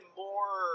more